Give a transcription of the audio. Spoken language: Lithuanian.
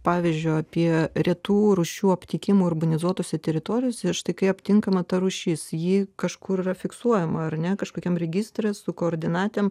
pavyzdžio apie retų rūšių aptikimo urbanizuotose teritorijose ir štai kai aptinkama ta rūšis ji kažkur yra fiksuojama ar ne kažkokiam registre su koordinatėmis